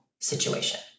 situation